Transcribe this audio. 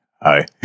hi